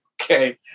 Okay